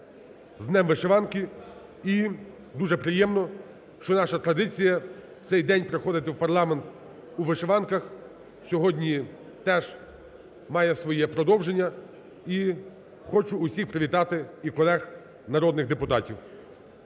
Днем вишиванки, і дуже приємно, що наша традиція в цей день приходити в парламент у вишиванках сьогодні теж має своє продовження, і хочу усіх привітати, і колег народних депутатів.